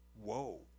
whoa